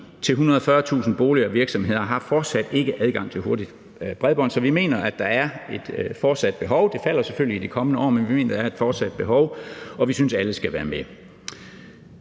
til 140.000 boliger og virksomheder har fortsat ikke adgang til hurtigt bredbånd. Så vi mener, der er et fortsat behov. Det falder selvfølgelig i de kommende år, men vi mener, at der er et fortsat behov, og vi synes, at alle skal være med.